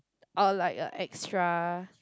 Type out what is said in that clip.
or like a extra